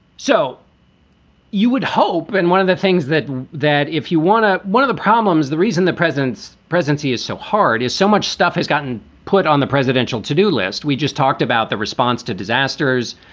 so you would hope and one of the things that that if you want to one of the problems, the reason the president's presidency is so hard is so much stuff has gotten put on the presidential to-do list. we just talked about the response to disasters.